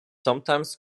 sometimes